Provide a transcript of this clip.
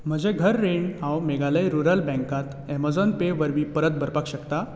म्हजें घर रीण हांव मेघालय रुरल बँकात एमझॉन पे वरवीं परत भरपाक शकता